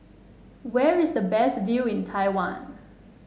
where is the best view in Taiwan